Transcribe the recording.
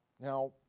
Now